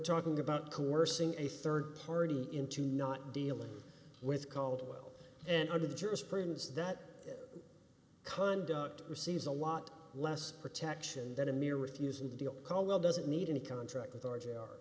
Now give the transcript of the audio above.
talking about coercing a third party into not dealing with caldwell and under the jurisprudence that conduct receives a lot less protection than a mere refusing to deal caldwell doesn't need a contract with r